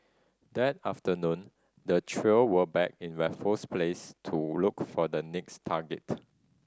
that afternoon the trio were back in Raffles Place to look for the next target